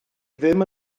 ddim